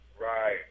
Right